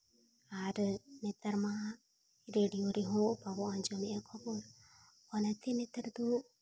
ᱟᱨ ᱱᱮᱛᱟᱨ ᱢᱟ ᱨᱮᱰᱤᱭᱳ ᱨᱮᱦᱚᱸ ᱵᱟᱵᱚ ᱟᱸᱡᱚᱢᱮᱜᱼᱟ ᱠᱷᱚᱵᱚᱨ ᱚᱱᱟᱛᱮ ᱱᱮᱛᱟᱨ ᱫᱚ